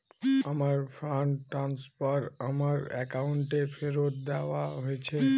আমার fund transfer আমার অ্যাকাউন্টে ফেরত দেওয়া হয়েছে